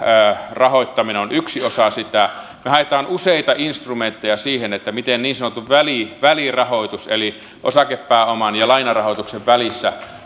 rahoittaminen on yksi osa sitä me haemme useita instrumentteja siihen miten niin sanottu välirahoitus eli osakepääoman ja lainarahoituksen välissä